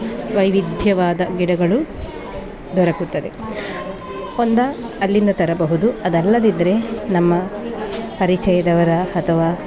ವೈವಿಧ್ಯವಾದ ಗಿಡಗಳು ದೊರಕುತ್ತದೆ ಒಂದು ಅಲ್ಲಿಂದ ತರಬಹುದು ಅದಲ್ಲದಿದ್ದರೆ ನಮ್ಮ ಪರಿಚಯದವರ ಅಥವಾ